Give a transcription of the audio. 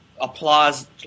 applause